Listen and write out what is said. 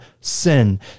sin